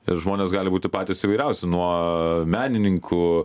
ir žmonės gali būti patys įvairiausi nuo menininkų